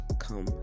come